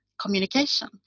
communication